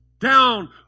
Down